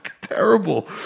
terrible